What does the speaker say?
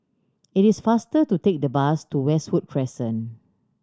it is faster to take the bus to Westwood Crescent